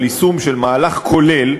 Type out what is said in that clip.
על יישום של מהלך כולל,